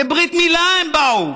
לברית מילה הם באו,